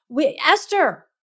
Esther